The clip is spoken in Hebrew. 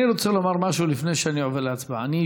אני רוצה לומר משהו לפני שאני עובר להצבעה: אני,